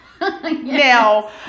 Now